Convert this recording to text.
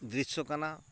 ᱫᱨᱤᱥᱥᱚ ᱠᱟᱱᱟ